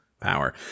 power